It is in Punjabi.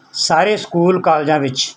ਸਾਰੇ ਸਕੂਲ ਕਾਲਜਾਂ ਵਿੱਚ